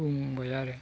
बुंबाय आरो